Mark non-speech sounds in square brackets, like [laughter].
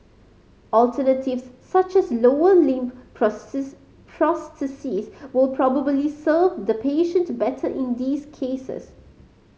alternatives such as lower limb [unintelligible] prosthesis will probably serve the patient better in these cases